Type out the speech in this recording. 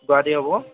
গুৱাহাটী হ'ব